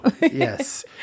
yes